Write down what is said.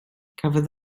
cafodd